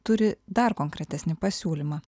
turi dar konkretesnį pasiūlymą